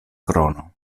krono